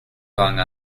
going